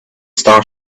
star